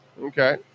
okay